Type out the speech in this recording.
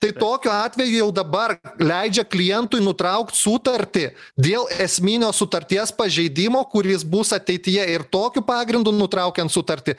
tai tokiu atveju jau dabar leidžia klientui nutraukt sutartį dėl esminio sutarties pažeidimo kuris bus ateityje ir tokiu pagrindu nutraukiant sutartį